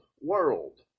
World